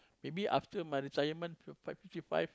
maybe after my retirement five fifty five